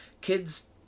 kids